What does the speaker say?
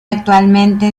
actualmente